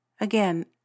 Again